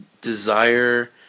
desire